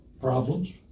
problems